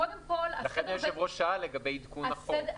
לכן היושב-ראש שאל לגבי עדכון החוק.